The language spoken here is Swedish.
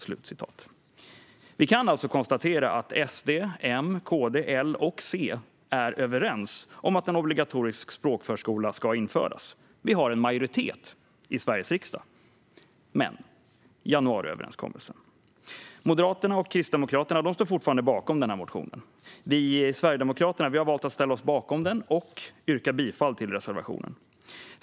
SD, M, KD, L och C är alltså överens om att en obligatorisk språkförskola ska införas. Vi har en majoritet i Sveriges riksdag. Men sedan finns också januariöverenskommelsen. Moderaterna och Kristdemokraterna står fortfarande bakom den gemensamma motionen. Vi i Sverigedemokraterna har valt att ställa oss bakom den och yrka bifall till reservationen.